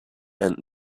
and